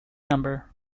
number